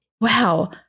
wow